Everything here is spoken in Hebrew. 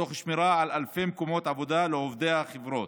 תוך שמירה על אלפי מקומות עבודה לעובדי החברות.